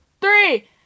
three